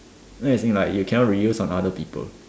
anything like you cannot reuse on other people